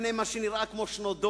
לפני מה שנראה כמו שנות דור,